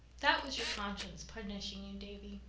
that was your conscience punishing you, davy.